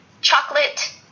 chocolate